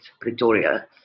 Pretoria